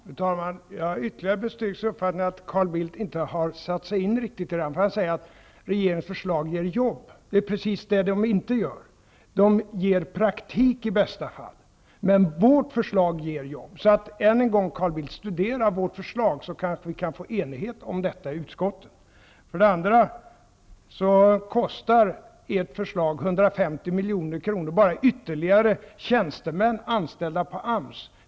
Fru talman! Jag har ytterligare styrkts i min uppfattning att Carl Bildt inte riktigt har satt sig in i det här, eftersom han säger att regeringens förslag ger jobb. Det är precis det som det inte gör. Förslaget ger i bästa fall praktik. Men vårt förslag ger jobb. Än en gång Carl Bildt, studera vårt förslag så kanske vi kan nå enighet om detta i utskottet. Ert förslag kostar dessutom 150 milj.kr bara i ytterligare anställda tjänstemän på AMS.